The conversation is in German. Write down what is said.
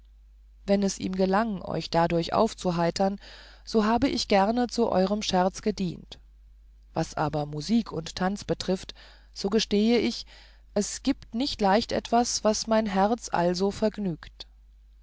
wenn es ihm gelang euch dadurch aufzuheitern so habe ich gerne zu eurem scherz gedient was aber musik und tanz betrifft so gestehe ich es gibt nicht leicht etwas was mein herz also vergnügt